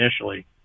initially